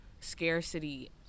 scarcity